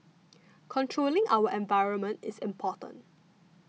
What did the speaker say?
controlling our environment is important